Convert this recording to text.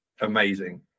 amazing